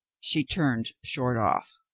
she turned short off.